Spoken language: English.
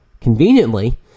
conveniently